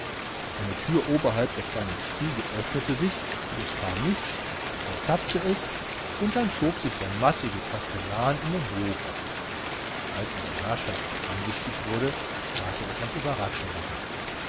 eine tür oberhalb der kleinen stiege öffnete sich und es kam nichts und dann tappte es und dann schob sich der massige kastellan in den hof als er der herrschaften ansichtig wurde tat er etwas überraschendes